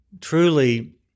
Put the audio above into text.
truly